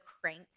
Crank